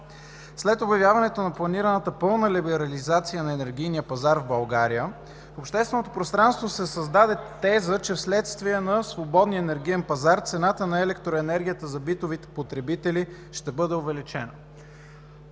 След обявяването на планираната пълна либерализация на енергийния пазар в България в общественото пространство се създаде теза, че вследствие на свободния енергиен пазар цената на електроенергията за битовите потребители ще бъде увеличена.